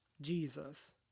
Jesus